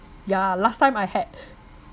ya last time I had